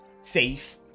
safe